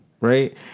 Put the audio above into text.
right